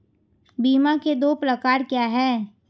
बीमा के दो प्रकार क्या हैं?